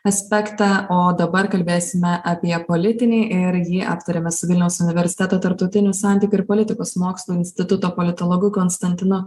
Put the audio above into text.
aspektą o dabar kalbėsime apie politinį ir jį aptarėme su vilniaus universiteto tarptautinių santykių ir politikos mokslų instituto politologu konstantinu